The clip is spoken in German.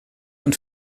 und